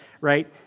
right